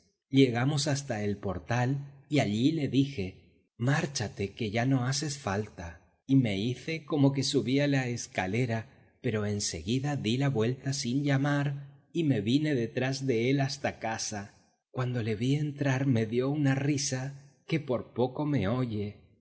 llegamos hasta el portal y allí le dije márchate que ya no haces falta y me hice como que subía la escalera pero en seguida di la vuelta sin llamar y me vine detrás de él hasta casa cuando le vi entrar me dio una risa que por poco me oye